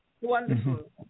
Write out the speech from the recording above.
Wonderful